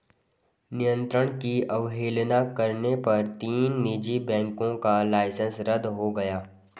नियंत्रण की अवहेलना करने पर तीन निजी बैंकों का लाइसेंस रद्द हो गया